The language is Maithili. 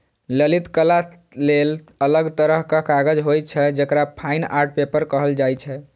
ललित कला लेल अलग तरहक कागज होइ छै, जेकरा फाइन आर्ट पेपर कहल जाइ छै